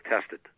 tested